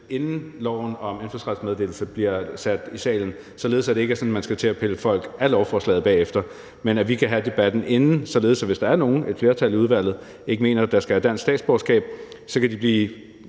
inden lovforslaget om indfødsretsmeddelelse kommer i salen, således at det ikke er sådan, at man skal til at pille folk af lovforslaget bagefter. Så kan vi have debatten inden, og hvis der så er nogen – et flertal i udvalget – der mener, at nogle ikke skal have dansk statsborgerskab, så kan de personer